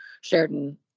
Sheridan